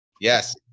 Yes